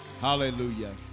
Hallelujah